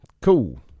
Cool